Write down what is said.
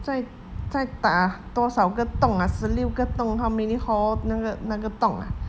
在在打多少个洞 ah 十六个洞 how many hole 那个那个洞啊